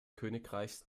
königreichs